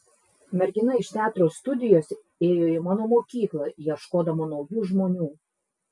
mergina iš teatro studijos ėjo į mano mokyklą ieškodama naujų žmonių